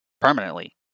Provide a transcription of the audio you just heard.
Permanently